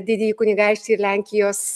didįjį kunigaikštį ir lenkijos